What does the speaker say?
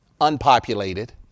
unpopulated